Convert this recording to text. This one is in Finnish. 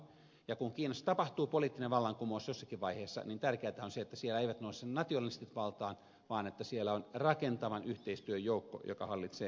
kun kiinassa tapahtuu poliittinen vallankumous jossakin vaiheessa niin tärkeätähän on se että siellä eivät nouse nationalistit valtaan vaan siellä on rakentavan yhteistyön joukko joka hallitsee kiinaa